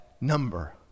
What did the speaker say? number